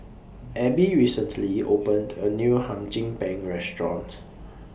Abie recently opened A New Hum Chim Peng Restaurant